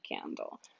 candle